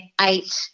eight